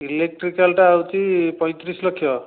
ଇଲେକଟ୍ରିକାଲ୍ଟା ହେଉଛି ପଇଁତିରିଶି ଲକ୍ଷ